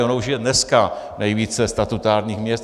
Ono už je tam dnes nejvíce statutárních měst.